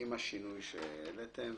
עם השינוי שהעליתם.